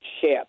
ship